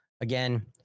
Again